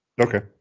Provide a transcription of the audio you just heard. Okay